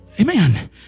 Amen